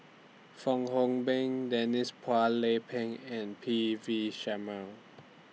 Fong Hoe Beng Denise Phua Lay Peng and P V Sharma